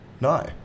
no